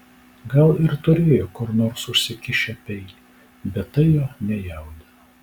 gal ir turėjo kur nors užsikišę peilį bet tai jo nejaudino